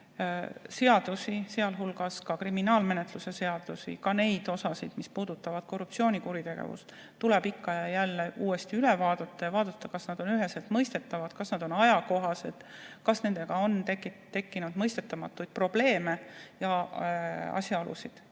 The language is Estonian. et seadusi, sealhulgas kriminaalmenetluse norme, ka neid, mis puudutavad korruptsioonikuritegusid, tuleb ikka ja jälle uuesti üle vaadata, et uurida, kas nad on üheselt mõistetavad, kas nad on ajakohased ja kas nendega on tekkinud mõistetamatuid probleeme. Ma veel